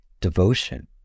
devotion